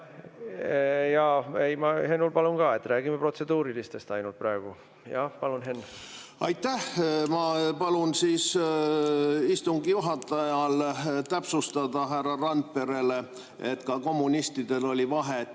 Ja ma Hennu palun ka, räägime protseduurilistest ainult praegu! Jah, palun, Henn! Aitäh! Ma palun istungi juhatajal täpsustada härra Randperele, et ka kommunistidel oli vahe.